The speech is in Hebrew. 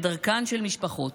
כדרכן של משפחות,